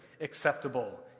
acceptable